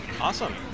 Awesome